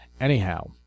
Anyhow